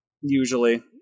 usually